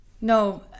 No